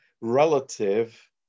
relative